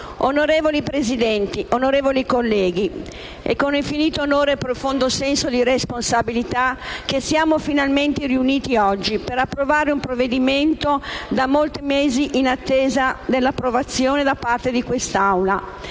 Onorevole Presidente, onorevoli colleghi, è con infinito onore e profondo senso di responsabilità che siamo finalmente riuniti oggi, per approvare un provvedimento da molti mesi in attesa di approvazione da parte di questa